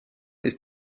ist